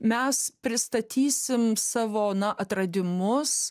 mes pristatysim savo na atradimus